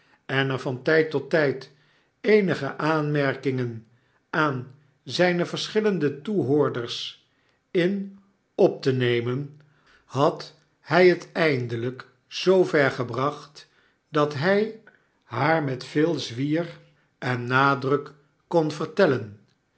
en er van tijd tot tijd eenige aanmerkingen aan zijne verschillende toehoorders in op te nemen had hij het eindelijk zoo ver gebracht dat hij haar met yeel zwier en nadruk kon vertellen